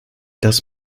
das